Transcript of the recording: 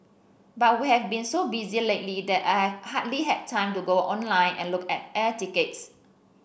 but we have been so busy lately that I've hardly had time to go online and look at air tickets